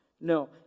no